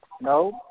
No